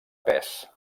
pes